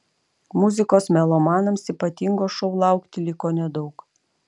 muzikos melomanams ypatingo šou laukti liko nedaug